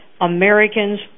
Americans